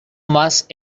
más